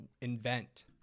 invent